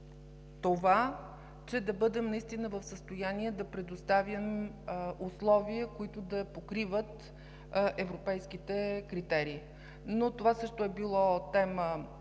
това, че да бъдем наистина в състояние да предоставим условия, които да покриват европейските критерии. Но това също е било тема